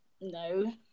no